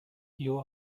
you